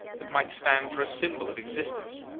that might stand for a symbol of existence.